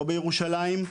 לא בירושלים,